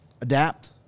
adapt